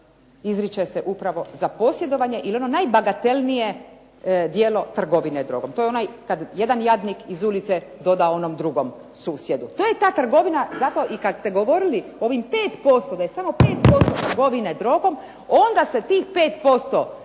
izriče se upravo za posjedovanje ili ono najbagatelnije djelo trgovine drogom. To je ono kada jedan jadnik iz ulice doda onom drugom susjedu. To je ta trgovina i kada ste govorili o ovih 5%, da je samo 5% trgovine drogom, onda se tih 5%